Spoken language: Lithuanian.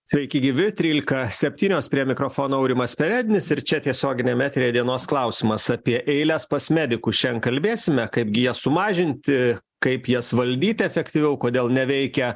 sveiki gyvi trylika septynios prie mikrofono aurimas perednis ir čia tiesioginiam eteryje dienos klausimas apie eiles pas medikus šiandien kalbėsime kaipgi jas sumažinti kaip jas valdyti efektyviau kodėl neveikia